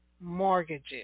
mortgages